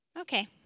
Okay